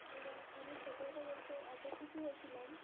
এবং আমি সত্য কথা বলতে এত খুশি হয়েছিলাম